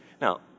Now